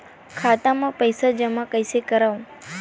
खाता म पईसा जमा कइसे करव?